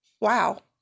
wow